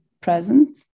present